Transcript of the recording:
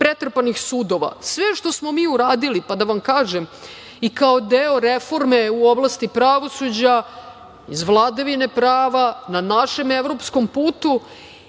pretrpanih sudova, sve što smo mi uradili, pa da vam kažem, i kao deo reforme u oblasti pravosuđa, iz vladavine prava, na našem evropskom putu,